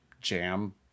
jam